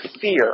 fear